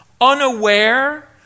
unaware